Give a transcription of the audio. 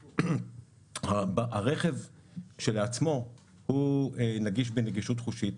הרכב כשלעצמו הוא נגיש בנגישות חושית,